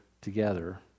together